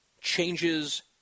changes